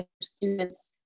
students